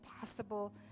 possible